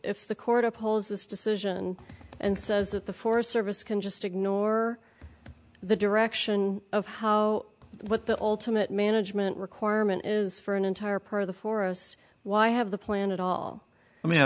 if the court upholds this decision and says that the forest service can just ignore the direction of how what the ultimate management requirement is for an entire part of the forest why have the plan at all i mean